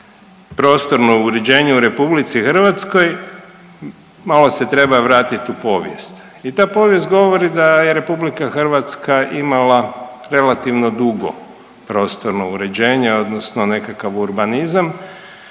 prostorno uređene u RH malo se treba vratiti u povijest. I ta povijest govori da je RH imala relativno dugo prostorno uređenje odnosno nekakav urbanizam